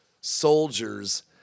soldiers